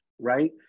right